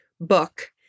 book